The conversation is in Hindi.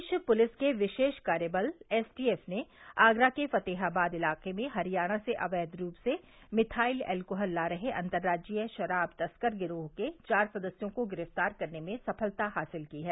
प्रदेश पुलिस के विशेष कार्यबल एसटीएफ ने आगरा के फतेहाबाद इलाके में हरियाणा से अवैच रूप से मिथाइल एल्कोहल ला रहे अन्तर्राज्यीय शराब तस्कर गिरोह के चार सदस्यों को गिरफ्तार करने में सफलता हासिल की है